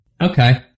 Okay